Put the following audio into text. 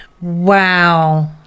Wow